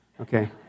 Okay